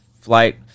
flight